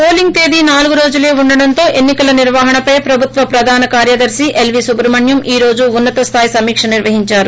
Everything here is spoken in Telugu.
పోలింగ్ తేదీ నాలుగు రోజులే ఉండడంతో ఎన్నికల నిర్వహణపై ప్రభుత్వ ప్రధాన కార్యదర్శి ఎల్వీ సుబ్రహ్మణ్యం ఈరోజు ఉన్నతస్లాయి సమీకక నిర్వహించారు